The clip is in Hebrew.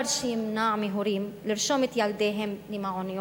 שימנע מהורים לרשום את ילדיהם למעון יום,